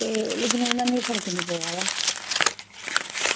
लेकिन ओह्दे कन्नै मिगी फर्क निं पवा दा